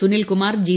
Sunilkumar G